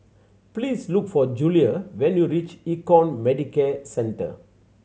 please look for Julia when you reach Econ Medicare Centre